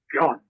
God